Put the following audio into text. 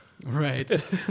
Right